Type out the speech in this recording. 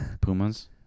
Pumas